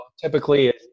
typically